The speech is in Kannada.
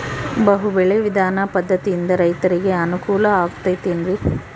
ಬಹು ಬೆಳೆ ವಿಧಾನ ಪದ್ಧತಿಯಿಂದ ರೈತರಿಗೆ ಅನುಕೂಲ ಆಗತೈತೇನ್ರಿ?